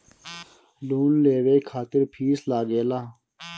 Loan लेवे खातिर fees लागेला?